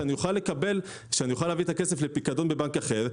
שאני אוכל להעביר את הכסף לפיקדון בבנק אחר,